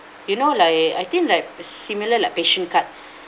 you know like I think like similar like passion card